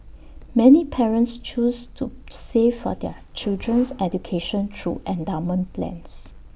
many parents choose to save for their children's education through endowment plans